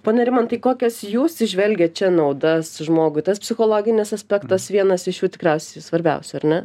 pone rimantai kokias jūs įžvelgiat čia naudas žmogui tas psichologinis aspektas vienas iš jų tikriausiai svarbiausia ar ne